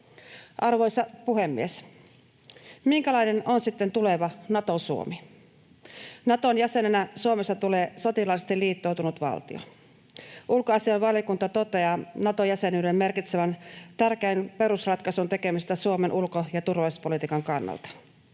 Arvoisa puhemies! Minkälainen on sitten tuleva Nato-Suomi? Naton jäsenenä Suomesta tulee sotilaallisesti liittoutunut valtio. Ulkoasiainvaliokunta toteaa Nato-jäsenyyden merkitsevän tärkeän perusratkaisun tekemistä Suomen ulko- ja turvallisuuspolitiikan kannalta.